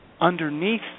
underneath